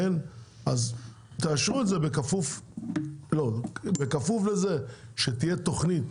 בכפוף לזה שתהיה תוכנית